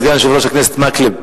סגן יושב-ראש הכנסת מקלב,